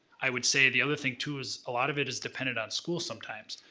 i would say the other thing too, is a lot of it is dependent on school sometimes.